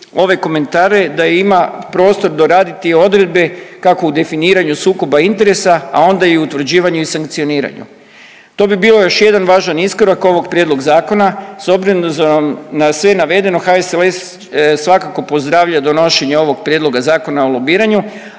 ove komentare da ima prostor doraditi odredbe kako u definiranju sukoba interesa, a onda i u utvrđivanju i sankcioniranju. To bi bio još jedan važan iskorak ovog prijedloga zakona s obzirom na sve navedeno HSLS svakako pozdravlja donošenje ovog Prijedloga zakona o lobiranju,